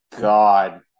God